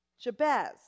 Jabez